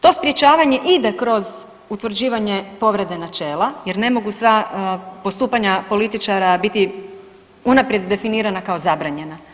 To sprječavanje ide kroz utvrđivanje povrede načela, jer ne mogu sva postupanja političara biti unaprijed definirana kao zabranjena.